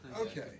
Okay